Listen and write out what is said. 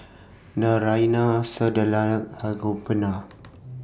Naraina Sunderlal and Gopinath